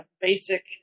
basic